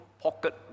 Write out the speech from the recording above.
pocket